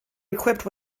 equipped